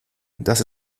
dass